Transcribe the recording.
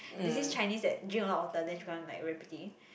there's this Chinese that drink a lot water then she become like very pretty